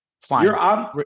Fine